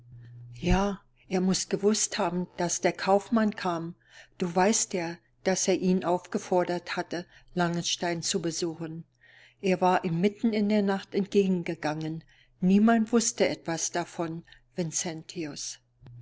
ja er muß gewußt haben daß der kaufmann kam du weißt ja daß er ihn aufgefordert hatte langenstein zu besuchen er war ihm mitten in der nacht entgegen gegangen niemand wußte etwas davon